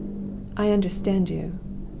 i understand you,